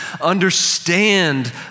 understand